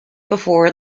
before